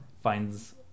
finds